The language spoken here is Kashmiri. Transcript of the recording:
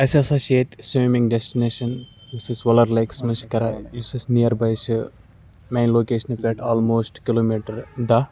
اَسہِ ہَسا چھِ ییٚتہِ سِومِنٛگ ڈیسٹٕنیشَن یُس أسۍ وُلَر لیکَس منٛز چھِ کَران یُس اَسہِ نِیَر باے چھِ مین لوکیشنہٕ پٮ۪ٹھ آلموسٹ کِلوٗمیٖٹَر دَہ